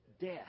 Death